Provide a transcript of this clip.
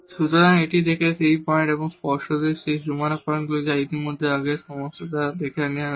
সুতরাং এটি সেই পয়েন্ট এবং স্পষ্টতই এই বাউন্ডারি পয়েন্টগুলি যা ইতিমধ্যেই আগের সমস্যা দ্বারা দেখে নেওয়া হয়েছে